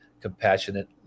compassionate